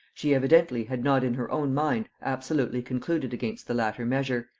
she evidently had not in her own mind absolutely concluded against the latter measure,